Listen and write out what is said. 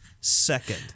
second